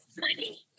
money